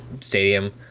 stadium